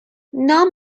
نام